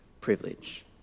privilege